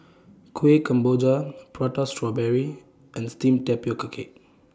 Kueh Kemboja Prata Strawberry and Steamed Tapioca Cake